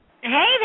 hey